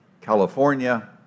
California